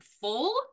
full